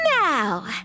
Now